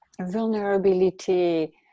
Vulnerability